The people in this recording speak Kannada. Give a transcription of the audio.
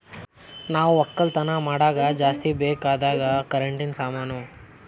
ನಾವ್ ಒಕ್ಕಲತನ್ ಮಾಡಾಗ ಜಾಸ್ತಿ ಬೇಕ್ ಅಗಾದ್ ಕರೆಂಟಿನ ಸಾಮಾನು